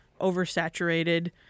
oversaturated